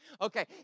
Okay